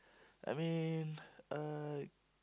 I mean uh